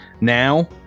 now